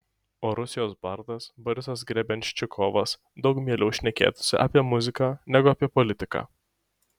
o rusijos bardas borisas grebenščikovas daug mieliau šnekėtųsi apie muziką negu apie politiką